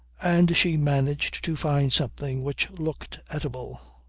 and she managed to find something which looked eatable.